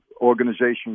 organization